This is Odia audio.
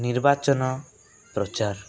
ନିର୍ବାଚନ ପ୍ରଚାର